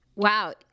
Wow